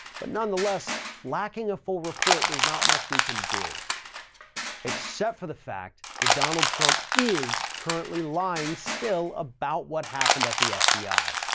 but nonetheless, lacking a full report. there's not much we can do except for the fact that donald trump is currently lying still about what happened at the fbi,